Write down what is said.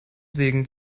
segen